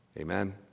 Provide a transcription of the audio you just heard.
Amen